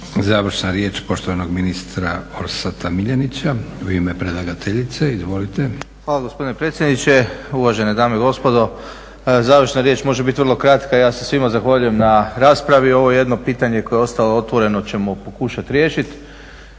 Završna riječ poštovanog ministra Orsata Miljenića u ime predlagateljice. Izvolite. **Miljenić, Orsat** Hvala gospodine predsjedniče. Uvažene dame i gospodo. Završna riječ može biti vrlo kratka. Ja se svima zahvaljujem na raspravi. Ovo je jedno pitanje koje je ostalo otvoreno koje ćemo pokušati riješiti.